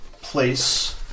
Place